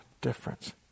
difference